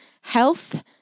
health